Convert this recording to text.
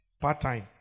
part-time